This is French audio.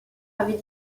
avait